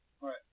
Right